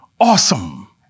awesome